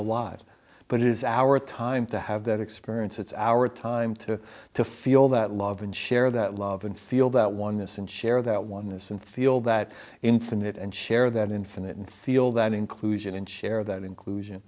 alive but it is our time to have that experience it's our time to to feel that love and share that love and feel that oneness and share that oneness and feel that infinite and share that infinite and feel that inclusion and share that inclusion